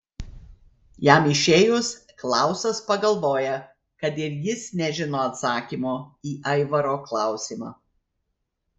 jam išėjus klausas pagalvoja kad ir jis nežino atsakymo į aivaro klausimą